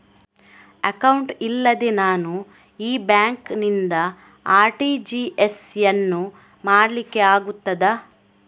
Account ಇಲ್ಲದೆ ನಾನು ಈ ಬ್ಯಾಂಕ್ ನಿಂದ ಆರ್.ಟಿ.ಜಿ.ಎಸ್ ಯನ್ನು ಮಾಡ್ಲಿಕೆ ಆಗುತ್ತದ?